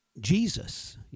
Jesus